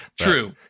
true